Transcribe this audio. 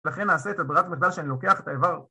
‫לכן נעשה את הברירת מחדל שאני לוקח את האיבר.